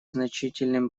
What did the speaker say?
значительным